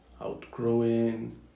outgrowing